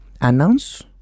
announce